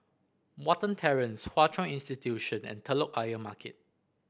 Watten Terrace Hwa Chong Institution and Telok Ayer Market